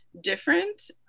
different